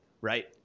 right